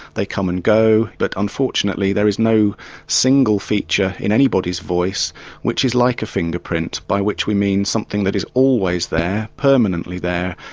they come and go, but unfortunately there is no single feature in anybody's voice which is like a finger print by which we mean something that is always there, permanently there,